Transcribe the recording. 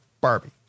Barbie